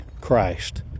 Christ